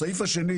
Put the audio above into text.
הסעיף השני